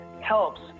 helps